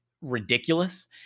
ridiculous